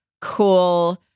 cool